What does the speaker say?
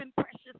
precious